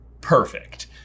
perfect